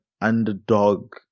underdog